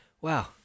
wow